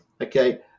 Okay